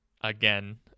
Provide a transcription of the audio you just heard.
again